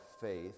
faith